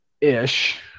ish